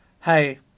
hey